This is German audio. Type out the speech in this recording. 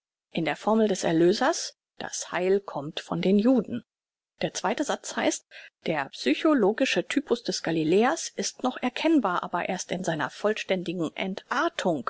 in der formel des erlösers das heil kommt von den juden der zweite satz heißt der psychologische typus des galiläers ist noch erkennbar aber erst in seiner vollständigen entartung